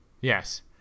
Yes